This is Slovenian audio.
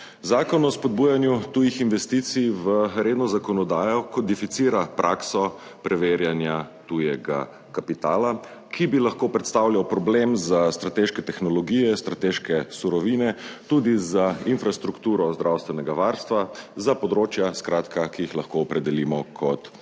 Zakon o spodbujanju tujih investicij v redno zakonodajo, ko deficira prakso preverjanja tujega kapitala, ki bi lahko predstavljal problem za strateške tehnologije, strateške surovine, tudi za infrastrukturo zdravstvenega varstva, za področja, skratka, ki jih lahko opredelimo kot javni